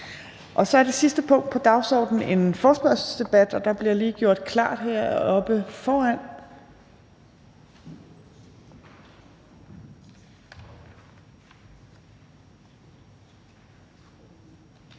Så er det sidste punkt på dagsordenen en forespørgselsdebat, og der bliver lige gjort klar til det heroppe foran.